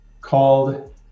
called